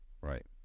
Right